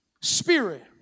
spirit